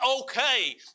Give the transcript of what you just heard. okay